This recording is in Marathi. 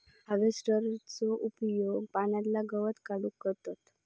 हार्वेस्टरचो उपयोग पाण्यातला गवत काढूक करतत